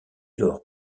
lors